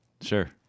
Sure